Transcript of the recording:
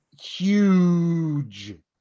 huge